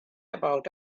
about